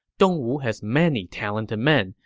dongwu has many talented men,